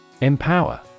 Empower